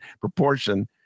proportion